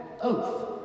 oath